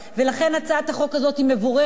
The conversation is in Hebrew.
ולכן הצעת החוק הזאת היא מבורכת,